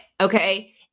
okay